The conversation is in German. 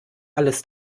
alles